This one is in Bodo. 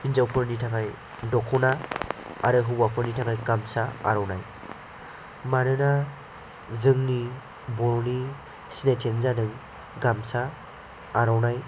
हिन्जावफोरनि थाखाय दखना आरो हौवाफोरनि थाखाय गामसा आर'नाइ मानोना जोंनि बर'नि सिनायथियानो जादों गामसा आर'नाइ